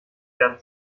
werden